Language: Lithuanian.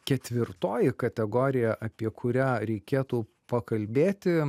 ketvirtoji kategorija apie kurią reikėtų pakalbėti